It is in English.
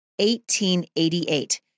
1888